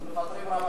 אז מפטרים רמטכ"ל.